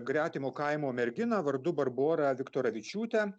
gretimo kaimo merginą vardu barbora viktoravičiūtė